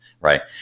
Right